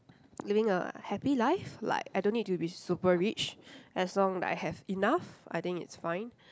living a happy life like I don't need to be super rich as long I have enough I think it's fine